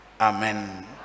Amen